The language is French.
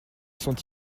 sont